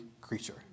creature